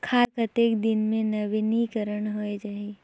खाता कतेक दिन मे नवीनीकरण होए जाहि??